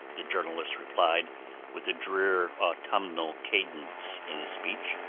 the journalist replied with a drear autumnal cadence in his speech,